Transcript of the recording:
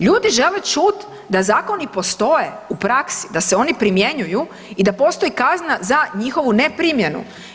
Ljudi žele čuti da zakoni postoje u praksi, da se oni primjenjuju i da postoji kazna za njegovu ne primjenu.